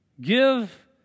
Give